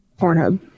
Pornhub